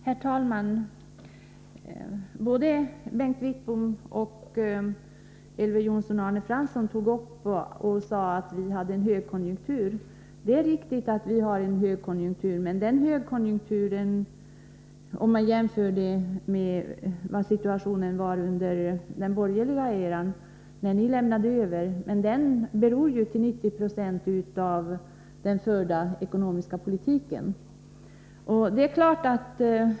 Herr talman! Såväl Bengt Wittbom som Elver Jonsson och Arne Fransson sade att vi har en högkonjunktur. Det är riktigt, men man kan jämföra med situationen under den borgerliga eran, när ni lämnade över, och konstatera att högkonjunkturen till 90 96 beror på den förda ekonomiska politiken.